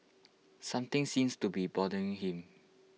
something seems to be bothering him